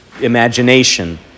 imagination